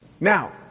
Now